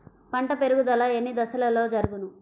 పంట పెరుగుదల ఎన్ని దశలలో జరుగును?